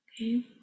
Okay